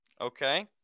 okay